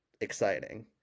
exciting